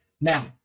Now